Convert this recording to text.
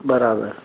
बराबरि